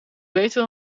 beter